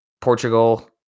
Portugal